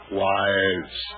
wives